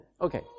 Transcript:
Okay